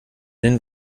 den